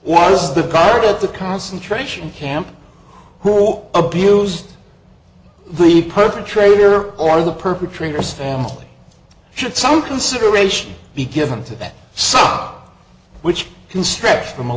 was the guard at the concentration camp who abused me perpetrator or the perpetrators family should some consideration be given to that sub which can stretch